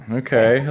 okay